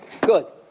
Good